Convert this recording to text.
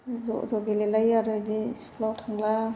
ज' ज' गेलेलायो आरो बेदि स्कुलाव थांब्ला